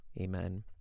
amen